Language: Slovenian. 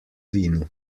vinu